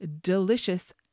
delicious